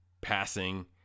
passing